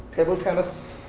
table tennis,